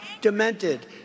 demented